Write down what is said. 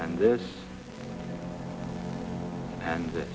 and this and